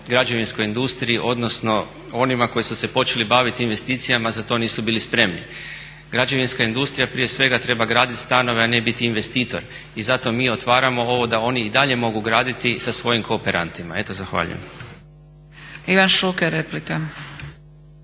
građevinskoj industriji, odnosno onima koji su se počeli baviti investicijama za to nisu bili spremni. Građevinska industrija prije svega treba graditi stanove, a ne biti investitor. I zato mi otvaramo ovo da oni i dalje mogu graditi sa svojim kooperantima. Eto zahvaljujem. **Zgrebec, Dragica